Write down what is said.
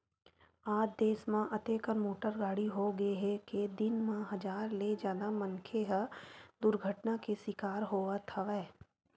आज देस म अतेकन मोटर गाड़ी होगे हे के दिन म हजार ले जादा मनखे ह दुरघटना के सिकार होवत हवय